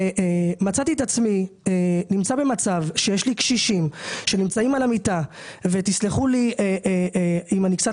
מצאתי את עצמי נמצא במצב שיש לי קשישים שנמצאים על המיטה עם צואה